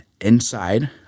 Inside